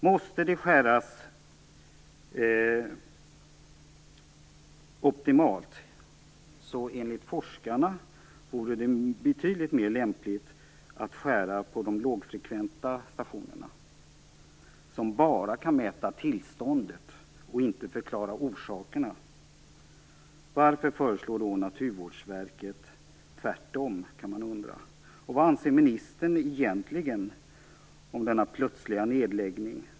Måste det skäras optimalt vore det enligt forskarna betydligt mer lämpligt att skära på de lågfrekventa stationerna, som bara kan mäta tillståndet och inte förklara orsakerna. Varför föreslår då Naturvårdsverket tvärtom, kan man undra. Och vad anser ministern egentligen om denna plötsliga nedläggning?